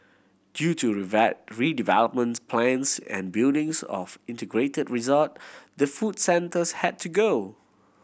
due to redevelopments plans and buildings of integrated resort the food centres had to go